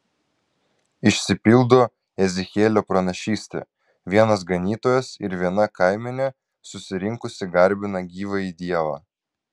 išsipildo ezechielio pranašystė vienas ganytojas ir viena kaimenė susirinkusi garbina gyvąjį dievą